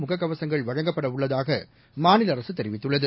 முகக்கவசங்கள் வழங்கப்படவுள்ளதாகமாநிலஅரசுதெரிவித்துள்ளது